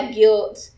guilt